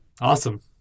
Awesome